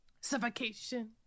Suffocation